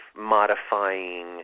modifying